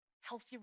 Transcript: healthy